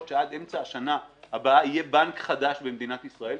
שעד אמצע השנה בנק חדש במדינת ישראל,